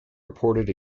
reported